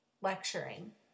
lecturing